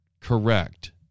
correct